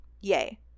Yay